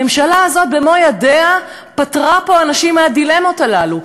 הממשלה הזאת במו-ידיה פטרה פה אנשים מהדילמות הללו.